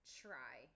try